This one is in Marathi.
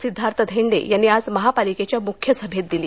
सिद्धार्थ धेंडे यांनी आज महापालिकेच्या मुख्य सभेत दिली